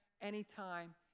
anytime